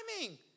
timing